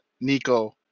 Nico